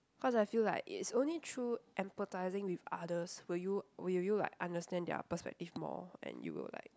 cause I feel like it's only through emphatising with others will you will you like understand their perspective more and you will like